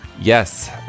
Yes